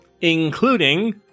Including